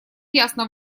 ясно